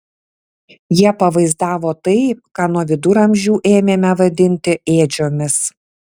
jie pavaizdavo tai ką nuo viduramžių ėmėme vadinti ėdžiomis